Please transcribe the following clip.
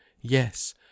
Yes